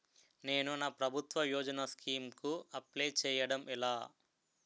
నేను నా ప్రభుత్వ యోజన స్కీం కు అప్లై చేయడం ఎలా?